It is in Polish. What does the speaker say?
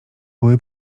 były